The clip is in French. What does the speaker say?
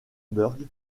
burg